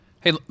Hey